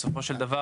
בסופו של דבר,